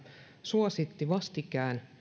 suositti vastikään